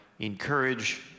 Encourage